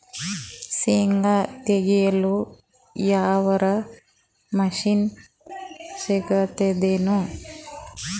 ಶೇಂಗಾ ತೆಗೆಯಲು ಯಾವರ ಮಷಿನ್ ಸಿಗತೆದೇನು?